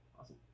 Awesome